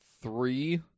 three